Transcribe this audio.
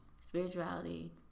spirituality